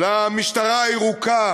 למשטרה הירוקה?